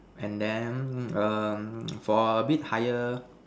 and then um for a bit higher